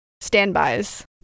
standbys